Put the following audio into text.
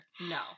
no